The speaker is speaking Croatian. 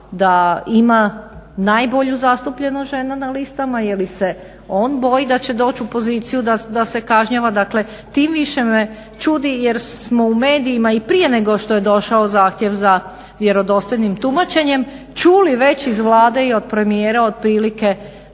da ima najbolju zastupljenost žena na listama jel' se on boji da će doći u poziciju da se kažnjava. Dakle, tim više me čudi jer smo u medijima i prije nego što je došao zahtjev za vjerodostojnim tumačenjem čuli već iz Vlade i od premijera otprilike